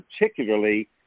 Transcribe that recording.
particularly